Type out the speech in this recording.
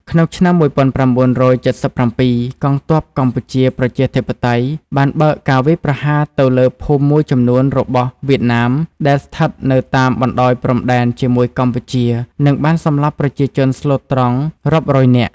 ក្នុងឆ្នាំ១៩៧៧ កងទ័ពកម្ពុជាប្រជាធិបតេយ្យបានបើកការវាយប្រហារទៅលើភូមិមួយចំនួនរបស់ វៀតណាមដែលស្ថិតនៅតាមបណ្តោយព្រំដែនជាមួយកម្ពុជា និងបានសម្លាប់ប្រជាជនស្លូតត្រន់រាប់រយនាក់។